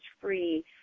free